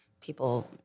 people